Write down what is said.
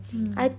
mm